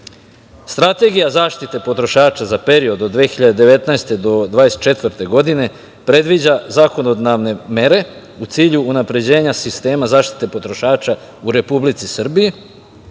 drugih. Strategija zaštite potrošača za period od 2019. do 2024. godine predviđa zakonodavne mere u cilju unapređenja sistema zaštite potrošača u Republici Srbiji